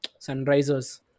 Sunrisers